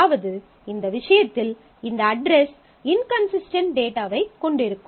அதாவது இந்த விஷயத்தில் இந்த அட்ரஸ் இன்கன்சிஸ்டன்ட் டேட்டாவைக் கொண்டிருக்கும்